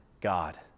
God